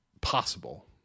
possible